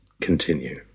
Continue